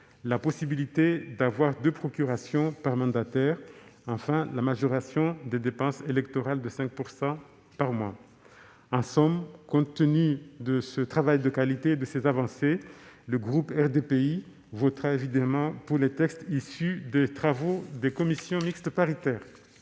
la possibilité d'avoir deux procurations par mandataire ; enfin, la majoration des dépenses électorales de 5 % par mois. Compte tenu de ce travail de qualité et de ces avancées, le groupe RDPI votera en faveur des textes issus des travaux des commissions mixtes paritaires.